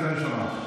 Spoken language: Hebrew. קריאה ראשונה.